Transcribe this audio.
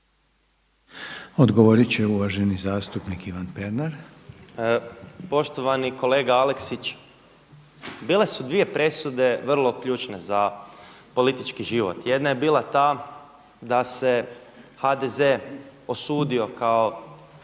Odgovorit će uvaženi zastupnik Ivan Pernar. **Pernar, Ivan (Živi zid)** Poštovani kolega Aleksić, bile su dvije presude vrlo ključne za politički život. Jedna je bila ta da se HDZ osudio kao